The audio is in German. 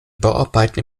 bauarbeiten